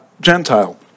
Gentile